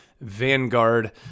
Vanguard